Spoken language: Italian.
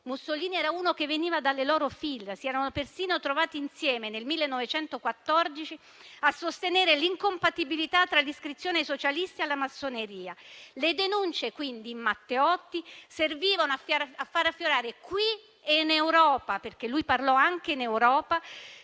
Mussolini era uno che veniva dalle loro fila, si erano persino trovati insieme nel 1914 a sostenere l'incompatibilità tra l'iscrizione dei socialisti alla massoneria. Le denunce, quindi, per Matteotti servivano a far affiorare qui e in Europa - perché lui parlò anche in Europa